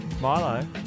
Milo